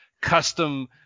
custom